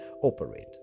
operate